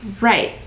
Right